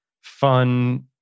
fun